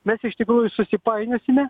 mes iš tikrųjų susipainiosime